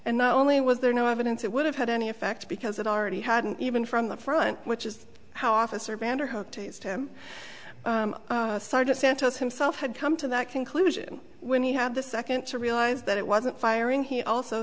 and not only was there no evidence it would have had any effect because it already hadn't even from the front which is how officer bander hooked him santos himself had come to that conclusion when he had the second to realize that it wasn't firing he also